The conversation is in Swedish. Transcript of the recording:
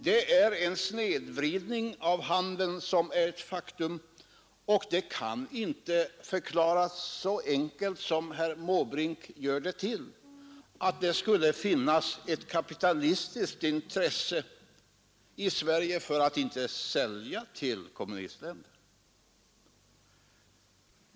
Det är en snedvridning av handeln som är ett faktum, och den kan inte förklaras så enkelt som herr Måbrink gjorde, nämligen att det här i Sverige skulle finnas ett kapitalistiskt intresse av att inte sälja till kommunistländerna.